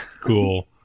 cool